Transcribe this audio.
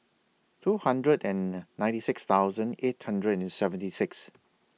two hundred and ninety six thousand eight hundred and seventy six